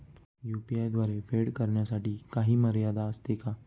UPI द्वारे फेड करण्यासाठी काही मर्यादा असते का?